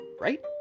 right